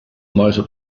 motor